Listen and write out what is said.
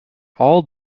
all